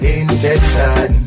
intention